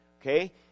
Okay